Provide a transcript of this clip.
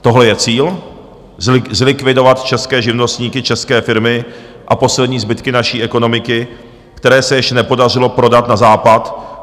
Tohle je cíl, zlikvidovat české živnostníky, české firmy a poslední zbytky naší ekonomiky, které se ještě nepodařilo prodat na Západ?